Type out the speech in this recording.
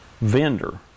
vendor